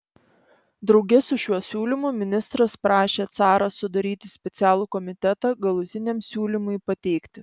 drauge su šiuo siūlymu ministras prašė carą sudaryti specialų komitetą galutiniam siūlymui pateikti